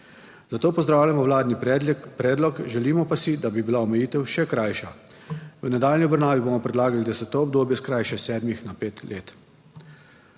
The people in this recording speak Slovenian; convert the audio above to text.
Zato pozdravljamo vladni predlog, želimo pa si, da bi bila omejitev še krajša. V nadaljnji obravnavi bomo predlagali, da se to obdobje skrajša sedmih na pet let.